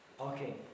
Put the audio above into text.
Okay